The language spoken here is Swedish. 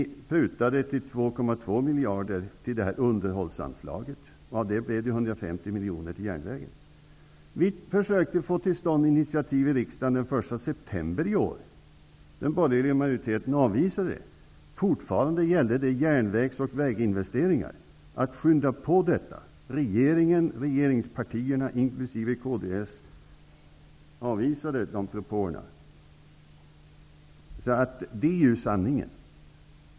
Ni prutade till 2,2 miljarder kronor. Av den summan blev det 150 miljoner kronor till järnvägen. Vi försökte få till stånd ett initiativ i riksdagen den 1 september i år. Den borgerliga majoriteten avvisade det. Det gällde fortfarande att skynda på järnvägs och väginvesteringar. Regeringspartierna, inkl. kds, avvisade de propåerna. Det här är ju sanningen.